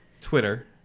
Twitter